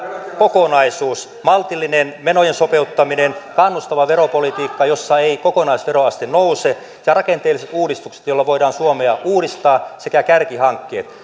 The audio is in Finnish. kokonaisuus maltillinen menojen sopeuttaminen kannustava veropolitiikka jossa ei kokonaisveroaste nouse ja rakenteelliset uudistukset joilla voidaan suomea uudistaa sekä kärkihankkeet